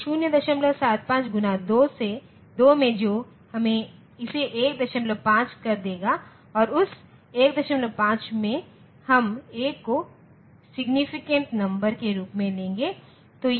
तो 075 गुणा 2 में जो इसे 15 कर देगा और उस 15 में हम 1 को सिग्नीफिकेंट नंबर के रूप में लेंगे